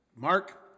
Mark